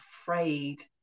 Afraid